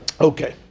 Okay